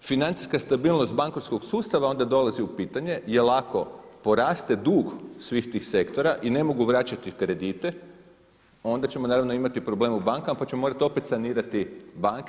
financijska stabilnost bankarskog sustava onda dolazi u pitanje, jer ako poraste dug svih tih sektora i ne mogu vraćati kredite, onda ćemo naravno imati problema u bankama, pa ćemo morati opet sanirati banke.